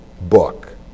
book